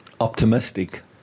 optimistic